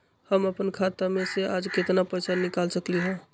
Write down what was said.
हम अपन खाता में से आज केतना पैसा निकाल सकलि ह?